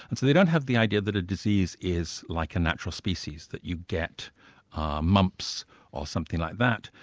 and so they don't have the idea that a disease is like a natural species that you get mumps or something like that,